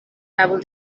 double